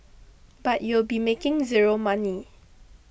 but you'll be making zero money